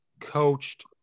coached